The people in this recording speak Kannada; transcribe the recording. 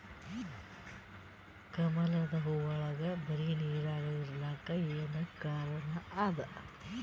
ಕಮಲದ ಹೂವಾಗೋಳ ಬರೀ ನೀರಾಗ ಇರಲಾಕ ಏನ ಕಾರಣ ಅದಾ?